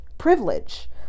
privilege